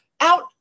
out